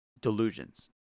delusions